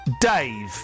Dave